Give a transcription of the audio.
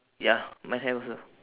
ya mine have also